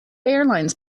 airlines